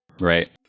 Right